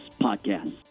Podcast